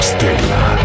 Stella